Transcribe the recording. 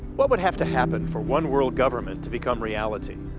what would have to happen for one world government to become reality?